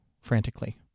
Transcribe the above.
frantically